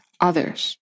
others